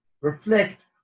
reflect